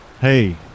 Hey